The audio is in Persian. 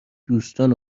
دوستان